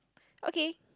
okay